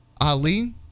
Ali